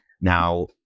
Now